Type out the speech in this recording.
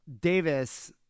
Davis